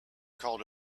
called